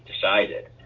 decided